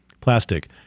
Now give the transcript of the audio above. plastic